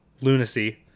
lunacy